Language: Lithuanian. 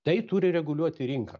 tai turi reguliuoti rinka